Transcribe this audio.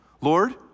Lord